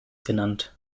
genannt